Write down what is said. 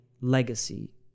legacy